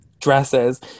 Dresses